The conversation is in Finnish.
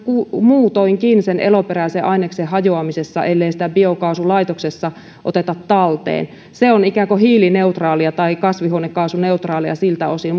muutoinkin sen eloperäisen aineksen hajoamisessa ellei sitä biokaasulaitoksessa oteta talteen se on ikään kuin hiilineutraalia tai kasvihuonekaasuneutraalia siltä osin